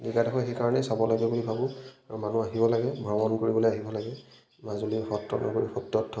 জেগাডোখৰ হয় সেইকাৰণেই চাব লাগে বুলি ভাবোঁ আৰু মানুহ আহিব লাগে ভ্ৰমণ কৰিবলৈ আহিব লাগে মাজুলী সত্ৰ নগৰী সত্ৰত থকা